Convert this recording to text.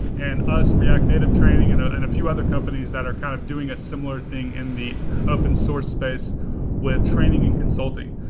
and us, react native training ah and a few other companies that are kind of doing a similar thing in the open-source space with training and consulting.